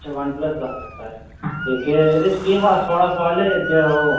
अच्छा वनप्लस दा हा मोबाइल ते एह् एह्दे केह् हा थुआढ़ा फाल्ट जे ओ